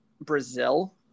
Brazil